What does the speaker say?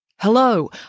Hello